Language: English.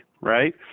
right